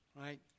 Right